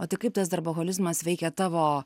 o tai kaip tas darboholizmas veikė tavo